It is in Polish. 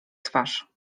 twarz